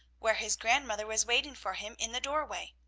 where his grandmother was waiting for him, in the doorway.